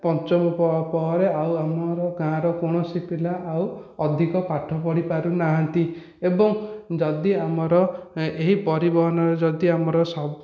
ପଞ୍ଚମ ପରେ ଆଉ ଆମ ଗାଁର କୌଣସି ପିଲା ଆଉ ଅଧିକ ପାଠ ପଢ଼ି ପାରୁନାହାନ୍ତି ଏବଂ ଯଦି ଆମର ଏହି ପରିବହନରେ ଯଦି ଆମର